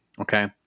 Okay